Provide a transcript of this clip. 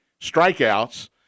strikeouts